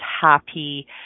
happy